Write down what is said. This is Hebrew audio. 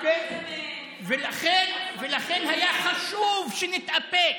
ולכן היה חשוב שנתאפק.